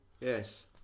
Yes